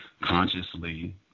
consciously